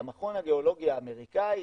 המכון הגיאולוגי האמריקאי,